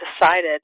decided